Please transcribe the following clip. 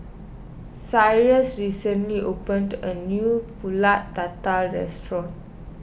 Cyrus recently opened a new Pulut Tatal restaurant